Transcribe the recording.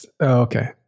Okay